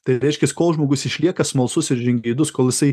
tai reiškias kol žmogus išlieka smalsus ir žingeidus kol isai